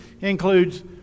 includes